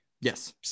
Yes